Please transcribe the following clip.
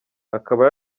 akaba